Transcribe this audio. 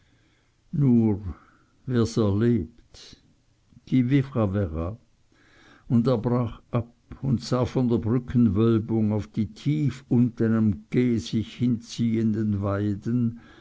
wer's erlebt qui vivra verra und er brach ab und sah von der brückenwölbung auf die tief unten am quai sich hinziehenden weiden